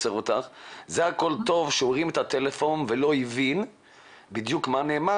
זה טוב כשהוא הרים את הטלפון ולא הבין בדיוק מה נאמר,